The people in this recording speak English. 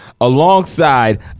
alongside